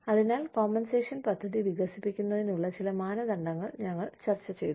അതിനാൽ കോമ്പൻസേഷൻ പദ്ധതി വികസിപ്പിക്കുന്നതിനുള്ള ചില മാനദണ്ഡങ്ങൾ ഞങ്ങൾ ചർച്ച ചെയ്തു